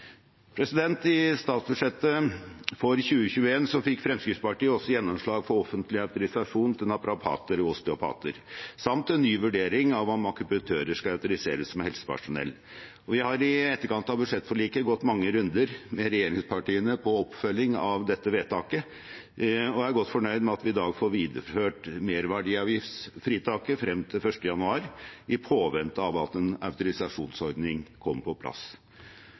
I statsbudsjettet for 2021 fikk Fremskrittspartiet også gjennomslag for offentlig autorisasjon til naprapater og osteopater samt en ny vurdering av om akupunktører skal autoriseres som helsepersonell. Vi har i etterkant av budsjettforliket gått mange runder med regjeringspartiene på oppfølging av dette vedtaket, og er godt fornøyd med at vi i dag får videreført merverdiavgiftsfritaket frem til 1. januar i påvente av at en autorisasjonsordning kommer på plass.